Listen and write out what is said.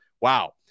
wow